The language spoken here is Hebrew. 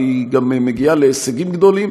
והיא גם מגיעה להישגים גדולים,